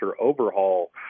overhaul